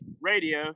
radio